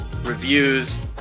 reviews